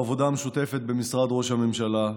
בעבודה המשותפת במשרד ראש הממשלה,